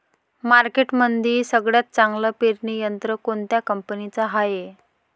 मार्केटमंदी सगळ्यात चांगलं पेरणी यंत्र कोनत्या कंपनीचं हाये?